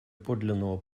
подлинного